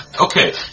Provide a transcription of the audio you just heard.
Okay